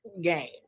game